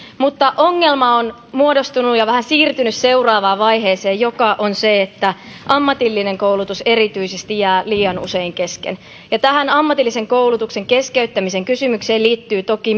mutta ongelma on muodostunut ja vähän siirtynyt seuraavaan vaiheeseen joka on se että erityisesti ammatillinen koulutus jää liian usein kesken ja tähän ammatillisen koulutuksen keskeyttämisen kysymykseen liittyy toki